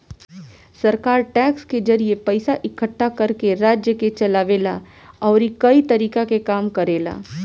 सरकार टैक्स के जरिए पइसा इकट्ठा करके राज्य के चलावे ला अउरी कई तरीका के काम करेला